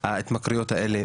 ההתמכרויות האלה.